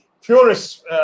purists